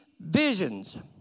visions